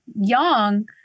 young